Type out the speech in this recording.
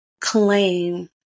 claim